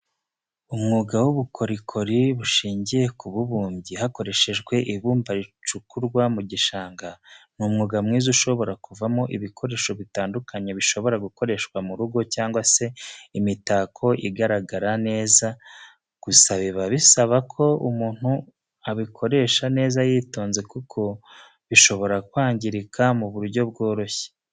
Umwuga w'ubukorikori bushingiye ku bubumbyi hakoreshejwe ibumba ricukurwa mu gishanga, ni umwuga mwiza ushobora kuvamo ibikoresho bitandukanye bishobora gukoreshwa mu rugo cyangwa se imitako igaragara neza, gusa biba bisaba ko umuntu abikoresha neza yitonze kuko bishobora kwangirika mu buryo bworoshye.